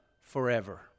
forever